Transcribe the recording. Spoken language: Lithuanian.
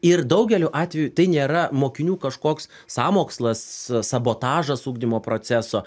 ir daugeliu atvejų tai nėra mokinių kažkoks sąmokslas sabotažas ugdymo proceso